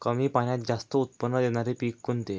कमी पाण्यात जास्त उत्त्पन्न देणारे पीक कोणते?